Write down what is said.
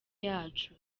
yacu